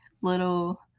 little